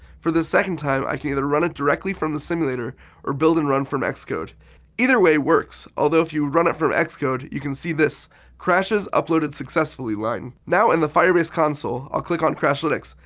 for this second time, i can either run it directly from the simulator or build and run from and xcode. either way works. although if you run it from xcode, you can see this crashes uploaded successfully line. now in the firebase console, i'll click on crashlytics,